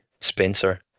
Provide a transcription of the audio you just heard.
Spencer